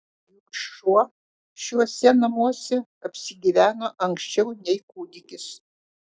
juk šuo šiuose namuose apsigyveno anksčiau nei kūdikis